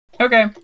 Okay